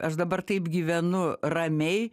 aš dabar taip gyvenu ramiai